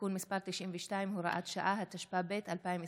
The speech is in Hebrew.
(תיקון מס' 92) (הוראת שעה), התשפ"ב 2022,